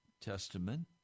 Testament